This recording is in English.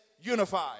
unified